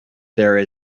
there